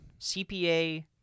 CPA